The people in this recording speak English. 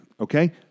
okay